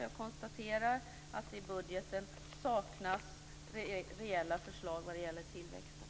Jag konstaterar att det i budgeten saknas reella förslag vad gäller tillväxten.